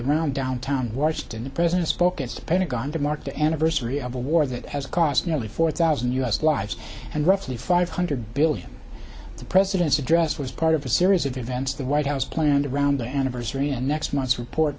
around downtown washington the president's focus to pentagon to mark the anniversary of a war that has cost nearly four thousand u s lives and roughly five hundred billion the president's address was part of a series of events the white house planned around the anniversary and next month's report